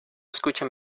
escucha